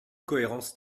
cohérence